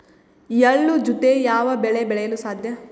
ಎಳ್ಳು ಜೂತೆ ಯಾವ ಬೆಳೆ ಬೆಳೆಯಲು ಸಾಧ್ಯ?